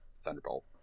Thunderbolt